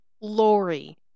Lori